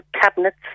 cabinets